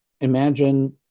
imagine